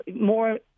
more